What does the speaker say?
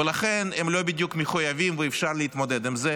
ולכן הם לא בדיוק מחויבים, ואפשר להתמודד עם זה.